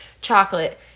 chocolate